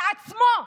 לעצמו,